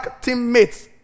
teammates